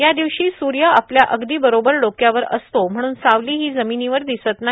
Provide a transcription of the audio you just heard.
या दिवशी स्र्य आपल्या अगदी बरोबर डोक्यावर असतो म्हणून सावली ही जमिनीवर दिसत नाही